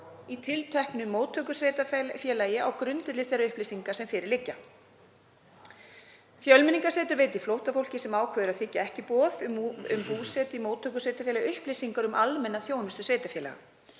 í tilteknu móttökusveitarfélagi á grundvelli þeirra upplýsinga sem fyrir liggja. Fjölmenningarsetur veitir flóttafólki sem ákveður að þiggja ekki boð um búsetu í móttökusveitarfélagi upplýsingar um almenna þjónustu sveitarfélaga